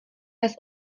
bez